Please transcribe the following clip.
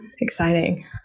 Exciting